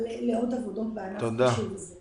לעוד עבודות בענף החשוב הזה.